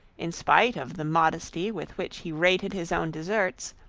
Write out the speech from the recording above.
in spite of the modesty with which he rated his own deserts,